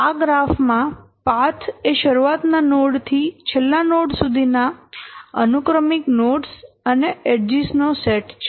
આ ગ્રાફ માં પાથ એ શરૂઆતના નોડ થી છેલ્લા નોડ સુધીના અનુક્રમિક નોડ્સ અને એડ઼જીસ નો સેટ છે